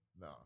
No